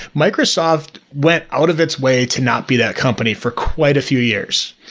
microsoft went out of its way to not be that company for quite a few years.